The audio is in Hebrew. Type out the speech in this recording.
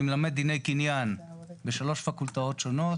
אני מלמד דיני קניין בשלוש פקולטות שונות.